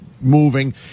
moving